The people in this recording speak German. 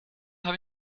habe